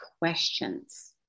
questions